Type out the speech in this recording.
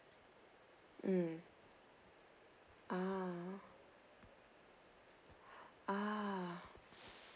mm ah ah